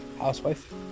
housewife